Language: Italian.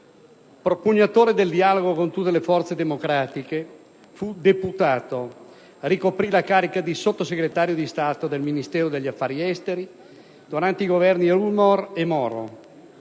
Propugnatore del dialogo con tutte le forze democratiche, fu deputato; ricoprì la carica di Sottosegretario di Stato del Ministero degli affari esteri durante i Governi Rumor e Moro.